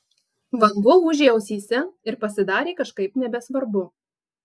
vanduo ūžė ausyse ir pasidarė kažkaip nebesvarbu